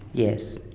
yes.